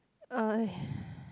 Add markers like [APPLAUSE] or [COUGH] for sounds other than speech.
uh [BREATH]